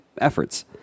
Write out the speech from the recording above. efforts